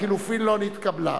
גם לחלופין לא נתקבלה.